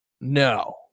no